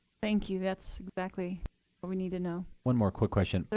thank you. that's exactly what we need to know. one more quick question,